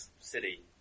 city